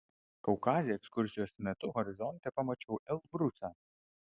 kaukaze ekskursijos metu horizonte pamačiau elbrusą